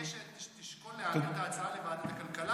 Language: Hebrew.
אני מבקש שתשקול להעביר את ההצעה לוועדת הכלכלה,